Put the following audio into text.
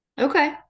Okay